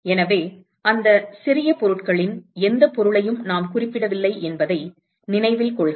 எனவே அந்த சிறிய பொருட்களின் எந்தப் பொருளையும் நாம் குறிப்பிடவில்லை என்பதை நினைவில் கொள்க